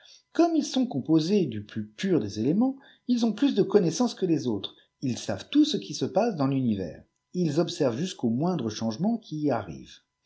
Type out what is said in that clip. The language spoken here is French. comme ils sont composés du plus pjar des éléments ils ont plus de connaissance que les autres ils savent tout ce qui se passe dans lunivers ils observent jusqu'aux moindres changements qui y arrivent